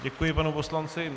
Děkuji panu poslanci.